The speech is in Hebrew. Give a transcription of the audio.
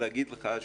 להגיד לך,